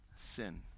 sin